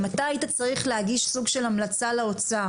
אם אתה היית צריך להגיש סוג של המלצה לאוצר,